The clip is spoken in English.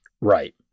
Right